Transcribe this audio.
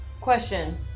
Question